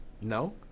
No